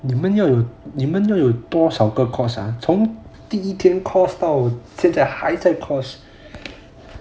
你们要有多少个 course ah 从第一天 course 到现在还在 course